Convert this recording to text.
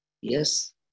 Yes